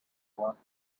walked